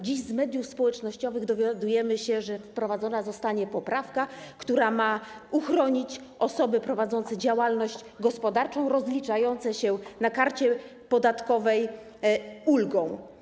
Dziś z mediów społecznościowych dowiadujemy się, że wprowadzona zostanie poprawka, która ma uchronić osoby prowadzące działalność gospodarczą rozliczające się na podstawie karty podatkowej, ich ulgę.